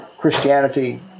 Christianity